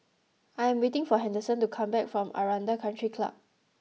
I am waiting for Henderson to come back from Aranda Country Club